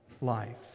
life